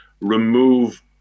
remove